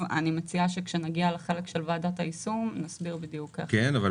אני מציעה שכאשר נגיע לחלק של ועדת היישום נסביר בדיוק איך זה נעשה.